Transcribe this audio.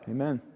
Amen